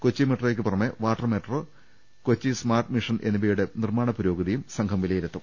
കൊച്ചി മെട്രോയ്ക്ക് പുറമെ water metro Kochi smart mission എന്നിവയുടെ നിർമാണ പുരോഗതിയും സംഘം വിലയിരുത്തും